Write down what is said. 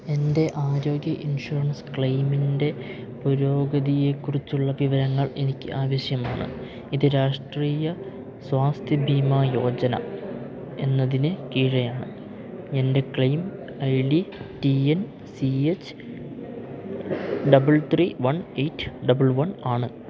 എൻ്റെ ആരോഗ്യ ഇൻഷുറൻസ് ക്ലെയിമിൻ്റെ പുരോഗതിയെക്കുറിച്ചുള്ള വിവരങ്ങൾ എനിക്ക് ആവശ്യമാണ് ഇത് രാഷ്ട്രീയ സ്വാസ്ഥ്യ ബീമാ യോജന എന്നതിന് കീഴെയാണ് എൻ്റെ claim I D T N C H double three one eight double one ആണ്